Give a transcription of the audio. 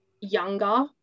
younger